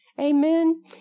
Amen